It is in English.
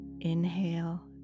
inhale